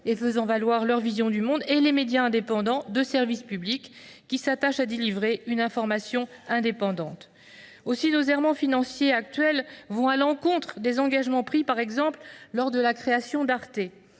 et faisant valoir leur vision du monde, et les médias indépendants de service public, qui s’attachent à délivrer une information indépendante. Aussi, nos errements financiers actuels vont à l’encontre des engagements pris, par exemple, lors de la création d’Arte.